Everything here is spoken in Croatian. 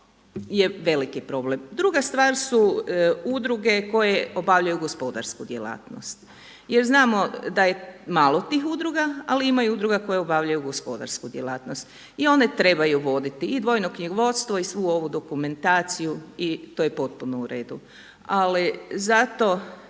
je veliki problem. Druga stvar su udruge koje obavljaju gospodarsku djelatnost. Jer znamo da je malo tih udruga, ali ima i udruga koje obavljaju gospodarsku djelatnost. I one trebaju voditi i dvojno knjigovodstvo i svu ovu dokumentaciju i to je potpuno u redu. Ali zato